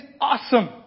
awesome